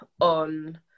on